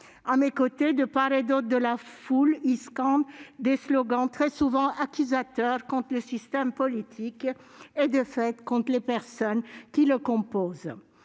À mes côtés, de part et d'autre de la foule, les jeunes scandent des slogans très souvent accusateurs contre le système politique et, de fait, contre les personnes qui le composent.